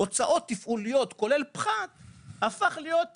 הוצאות תפעוליות כולל פחת הפכו להיות הסברה,